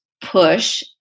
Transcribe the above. push